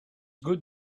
good